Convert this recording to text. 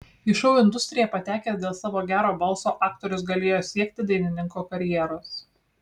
į šou industriją patekęs dėl savo gero balso aktorius galėjo siekti dainininko karjeros